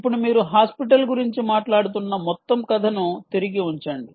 ఇప్పుడు మీరు హాస్పిటల్ గురించి మాట్లాడుతున్న మొత్తం కథను తిరిగి ఉంచండి